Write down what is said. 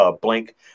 blank